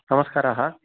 नमस्कारः